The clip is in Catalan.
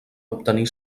obtenir